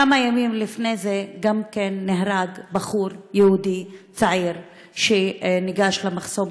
כמה ימים לפני זה נהרג בחור יהודי צעיר שניגש למחסום,